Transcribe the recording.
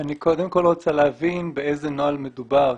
אני קודם כול רוצה להבין באיזה נוהל מדובר,